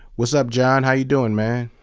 what's up, john. how are you doing, man?